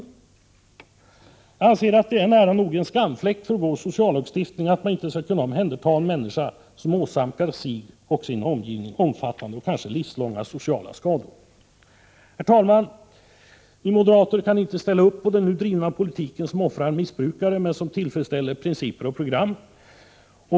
Jag anser att det är nära nog en skamfläck i vår sociallagstiftning att en människa som åsamkar sig och sin omgivning omfattande och kanske livslånga sociala skador inte skall kunna omhändertagas. Herr talman! Vi moderater kan inte ställa upp på den nu drivna politiken, som offrar missbrukaren men som tillfredsställer principer och program.